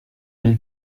will